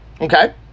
Okay